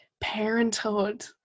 parenthood